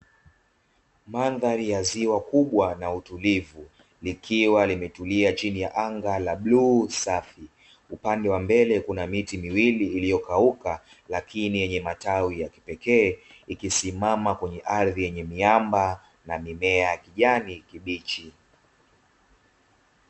Mandhari ya ziwa kubwa na utulivu likiwa limetulia chini ya anga la bluu safi. Upande wa mbele kuna miti miwili iliyokauka lakini yenye matawi ya kipekee ikisimama kwenye ardhi yenye miamba na mimea ya kijani kibichi.